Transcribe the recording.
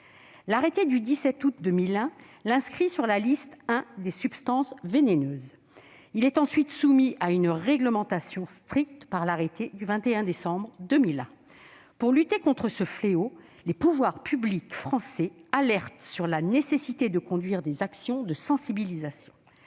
L'arrêté du 17 août 2001 l'inscrit sur la liste I des substances vénéneuses ; il est ensuite soumis à une réglementation stricte par l'arrêté du 21 décembre 2001. Pour lutter contre ce fléau, les pouvoirs publics français pointent la nécessité de conduire des actions de sensibilisation.